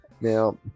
Now